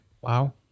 Wow